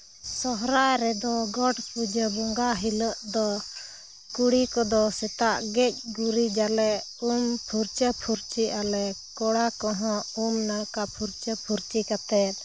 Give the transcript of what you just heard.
ᱥᱚᱨᱦᱟᱭ ᱨᱮᱫᱚ ᱜᱚᱰ ᱯᱩᱡᱟᱹ ᱵᱚᱸᱜᱟ ᱦᱤᱞᱳᱜ ᱫᱚ ᱠᱩᱲᱤ ᱠᱚᱫᱚ ᱥᱮᱛᱟᱜ ᱜᱮᱡᱼᱜᱩᱨᱤᱡᱟᱞᱮ ᱩᱢ ᱯᱷᱩᱨᱪᱟᱹᱼᱯᱷᱩᱨᱪᱤᱜᱼᱟᱞᱮ ᱠᱚᱲᱟ ᱠᱚᱦᱚᱸ ᱩᱢᱼᱱᱟᱲᱠᱟ ᱯᱷᱩᱨᱪᱟᱹᱼᱯᱷᱩᱨᱪᱤ ᱠᱟᱛᱮ